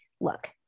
look